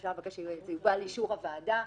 אפשר לבקש שזה יובא לאישור הוועדה,